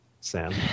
Sam